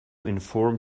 inform